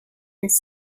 his